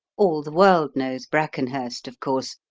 all the world knows brackenhurst, of course,